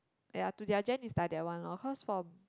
ya to their gen is like that one loh cause from